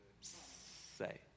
say